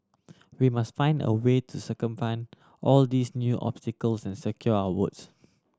we must find a way to circumvent all these new obstacles and secure our votes